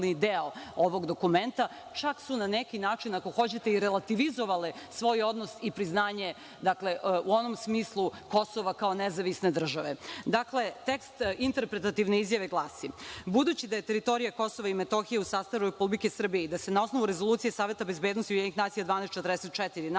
čak su na neki način, ako hoćete, i relativizovale svoj odnos i priznanje u onom smislu Kosova kao nezavisne države. Dakle, tekst interpretativne izjave glasi: „Budući da je teritorija KiM u sastavu Republike Srbije i da se na osnovu Rezolucije Saveta bezbednosti UN 1244